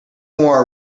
more